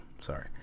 sorry